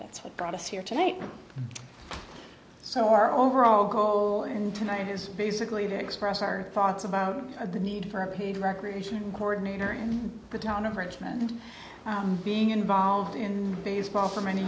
that's what brought us here today so our overall goal and tonight is basically to express our thoughts about the need for a paid recreation coordinator in the town of richmond being involved in baseball for many